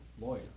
lawyer